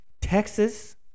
Texas